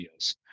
videos